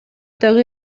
дагы